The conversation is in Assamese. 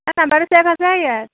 নাম্বাৰটো চেভ আছে ইয়াত